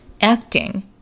acting